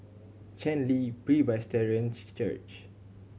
Chen Li Presbyterian Church